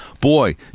boy